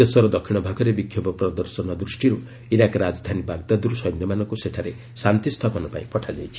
ଦେଶର ଦକ୍ଷିଣ ଭାଗରେ ବିକ୍ଷୋଭ ପ୍ରଦର୍ଶନ ଦୃଷ୍ଟିରୁ ଇରାକ୍ ରାଜଧାନୀ ବାଗ୍ଦାଦରୁ ସୈନ୍ୟମାନଙ୍କୁ ସେଠାରେ ଶାନ୍ତି ସ୍ଥାପନ ପାଇଁ ପଠାଯାଇଛି